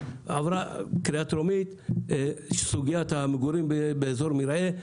עברה בקריאה טרומית הצעת חוק לגבי סוגית המגורים באזורי מרעה.